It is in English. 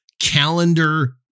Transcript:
calendar